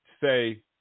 say